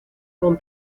con